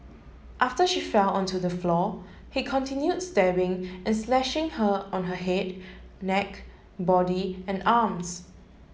after she fell on to the floor he continued stabbing and slashing her on her head neck body and arms